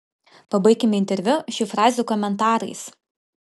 pabaikime interviu šių frazių komentarais